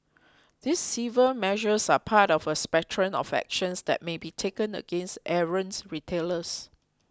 these civil measures are part of a spectrum of actions that may be taken against errant retailers